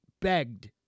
begged